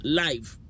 live